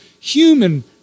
human